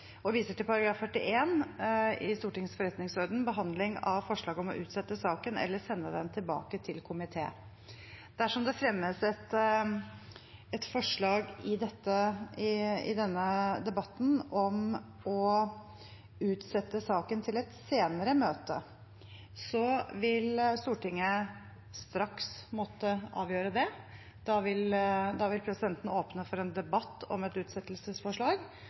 i Stortingets forretningsorden, behandling av forslag om å utsette saken eller sende den tilbake til komité. Dersom det fremmes et forslag i denne debatten om å utsette saken til et senere møte, vil Stortinget straks måtte avgjøre det. Da vil presidenten åpne for en debatt om et utsettelsesforslag,